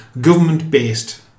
government-based